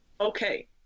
Okay